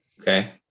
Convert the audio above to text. Okay